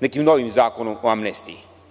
nekim novim zakonom o amnestiji,